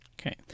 Okay